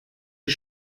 die